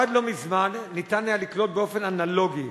עד לא מזמן ניתן היה לקלוט באופן אנלוגי,